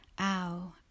Ow